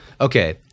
okay